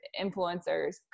influencers